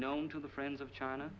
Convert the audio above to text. known to the friends of china